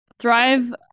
Thrive